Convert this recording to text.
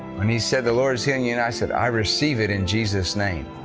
when he said the lord is hearing you, and i said, i receive it in jesus' name.